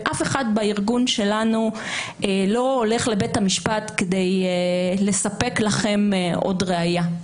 ואף אחד בארגון שלנו לא הולך לבית המשפט כדי לספק לכם עוד ראיה.